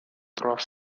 trois